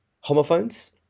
homophones